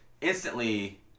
instantly